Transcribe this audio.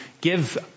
give